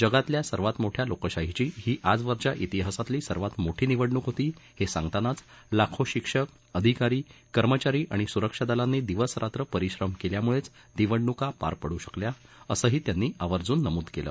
जगातल्या सर्वात मोठ्या लोकशाहीची ही आजवरच्या तिहासातली सर्वात मोठी निवडणूक होती हे सांगतानाच लाखो शिक्षक अधिकारी कर्मचारी आणि सुरक्षा दलांनी दिवस रात्र परिश्रम केल्यामुळेच निवडणुका पार पडू शकल्या असंही त्यांनी आवर्जून नमूद केलं